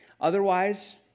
Otherwise